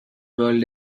world